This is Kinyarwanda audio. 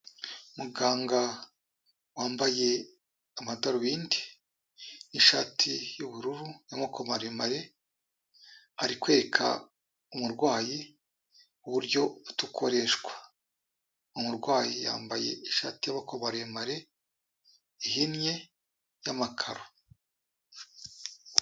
Muganga wambaye amadarubindi n'ishati yubururu y'amaboko maremare, ari kwereka umurwayi uburyo umuti ukoreshwa, umurwayi yambaye ishati y'amaboko maremare ihinnye y'amakaro.